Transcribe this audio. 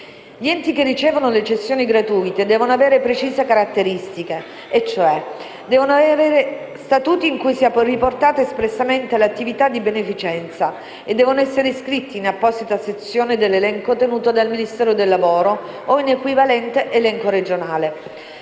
Gli enti che ricevono le cessioni gratuite devono avere precise caratteristiche e, cioè, devono avere statuti in cui sia riportata espressamente l'attività di beneficenza e devono essere iscritti in apposita sezione dell'elenco tenuto dal Ministero del lavoro o in un equivalente elenco regionale.